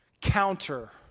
counter